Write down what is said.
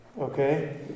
Okay